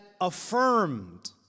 affirmed